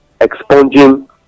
expunging